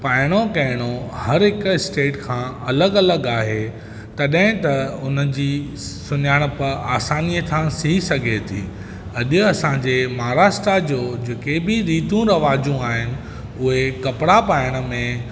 पाइणो कहणो हर हिकु स्टेट खां अलॻि अलॻि आहे तॾहिं त उन जी सुञाणप आसानी सां थी सघे थी अॼु असांजे महाराष्ट्रा जो जेके बि रीतियूं रिवाजूं आहे उहे कपिड़ा पाइण में